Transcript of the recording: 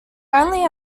only